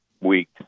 week